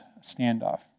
standoff